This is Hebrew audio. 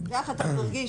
את הריח אתה מרגיש.